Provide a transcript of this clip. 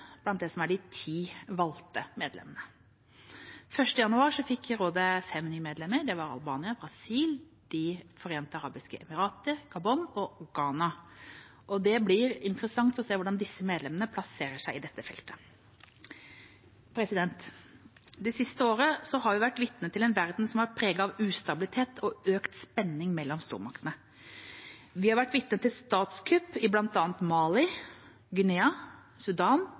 blant de ti valgte medlemmene. Den 1. januar fikk rådet fem nye medlemmer: Albania, Brasil, De forente arabiske emirater, Gabon og Ghana. Det blir interessant å se hvordan disse medlemmene plasserer seg i dette feltet. Det siste året har vi vært vitne til en verden som er preget av ustabilitet og økt spenning mellom stormaktene. Vi har vært vitne til statskupp i bl.a. Mali, Guinea, Sudan